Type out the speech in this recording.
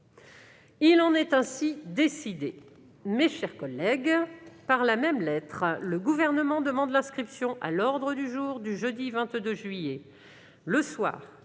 Il en est ainsi décidé. Mes chers collègues, par la même lettre, le Gouvernement demande l'inscription à l'ordre du jour du jeudi 22 juillet, le soir,